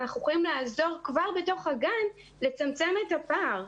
אנחנו יכולים לעזור כבר בתוך הגן לצמצם את הפער.